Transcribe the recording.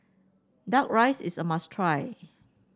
duck rice is a must try